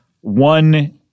one